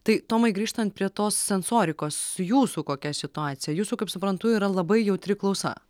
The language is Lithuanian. tai tomai grįžtant prie tos sensorikos jūsų kokia situacija jūsų kaip suprantu yra labai jautri klausa